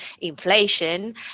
inflation